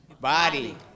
Body